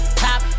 top